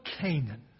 Canaan